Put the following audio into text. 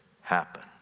happen